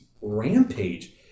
rampage